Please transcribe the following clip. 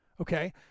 okay